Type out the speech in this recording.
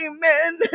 Amen